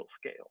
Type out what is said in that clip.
scale